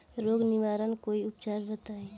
रोग निवारन कोई उपचार बताई?